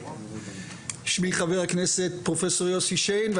שמי חבר הכנסת פרופ' יוסי שיין,